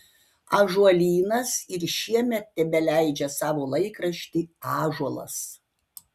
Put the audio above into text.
ąžuolynas ir šiemet tebeleidžia savo laikraštį ąžuolas